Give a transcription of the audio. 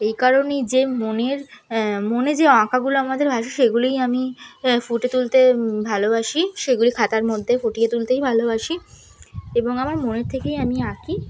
এই কারণেই যে মনের মনে যে আঁকাগুলো আমাদের ভাসে সেগুলোই আমি ফুটে তুলতে ভালোবাসি সেগুলি খাতার মধ্যে ফুটিয়ে তুলতেই ভালোবাসি এবং আমার মনের থেকেই আমি আঁকি